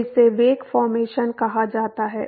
तो इसे wake formation okay कहा जाता है